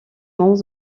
membre